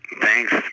Thanks